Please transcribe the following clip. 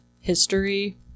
history